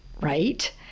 right